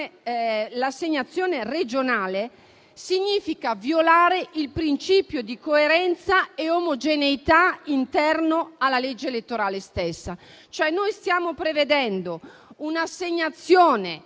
l'assegnazione regionale, significa violare il principio di coerenza e omogeneità interno alla legge elettorale stessa,